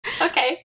Okay